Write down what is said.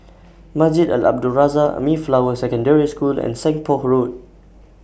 Masjid Al Abdul Razak Mayflower Secondary School and Seng Poh Road